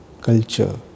culture